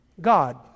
God